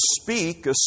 speak